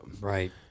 Right